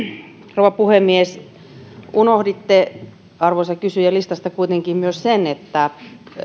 rouva puhemies unohditte arvoisa kysyjä listasta kuitenkin myös sen että